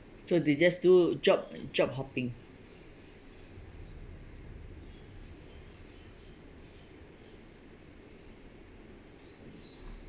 s o they just do job job hopping